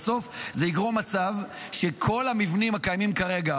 בסוף זה יגרום למצב שכל המבנים שקיימים כרגע